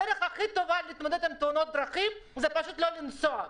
הדרך הטובה ביותר להתמודדות עם תאונות דרכים זה פשוט לא לנסוע.